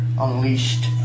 unleashed